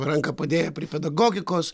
ranką padėję prie pedagogikos